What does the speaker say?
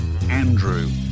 Andrew